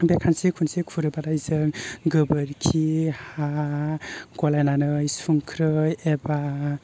बे खानस्रि खुनस्रि खुरोबाथाय जों गोबोरखि हा गलायनानै संख्रै एबा